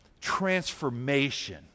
transformation